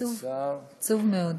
עצוב מאוד.